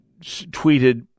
tweeted